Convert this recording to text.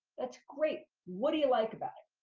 that's great. what do you like about it?